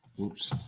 Oops